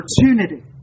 opportunity